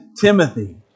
Timothy